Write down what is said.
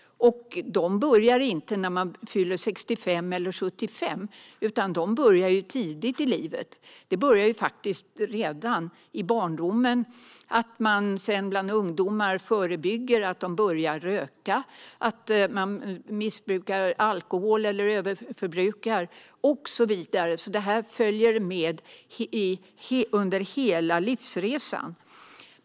De börjar dock inte när man fyller 65 eller 75 utan tidigt i livet genom försök att förhindra att ungdomar börjar röka och missbruka alkohol och så vidare. Detta följer alltså med under hela livsresan.